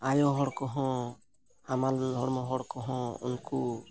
ᱟᱭᱳ ᱦᱚᱲ ᱠᱚᱦᱚᱸ ᱦᱟᱢᱟᱞ ᱦᱚᱲᱢᱚ ᱦᱚᱲ ᱠᱚᱦᱚᱸ ᱩᱱᱠᱩ